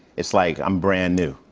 it's like, i'm brand-new.